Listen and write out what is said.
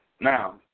Now